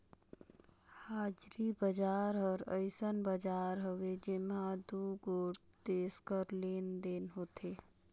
हाजरी बजार हर अइसन बजार हवे जेम्हां दुगोट देस कर लेन देन होथे